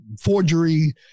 forgery